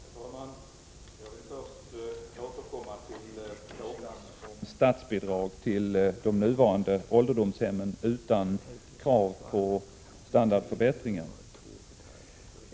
Herr talman! Jag vill först återkomma till frågan om statsbidrag utan krav på standardförbättringar till de nuvarande ålderdomshemmen.